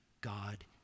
God